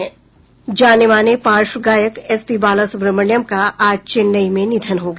जाने माने पार्श्व गायक एसपी बालासुब्रमण्यम का आज चेन्नई में निधन हो गया